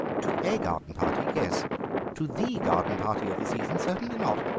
to a garden party, yes to the garden party of the season, certainly not.